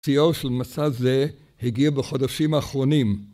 שיאו של מסע זה, הגיע בחודשים האחרונים.